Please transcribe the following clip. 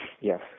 Yes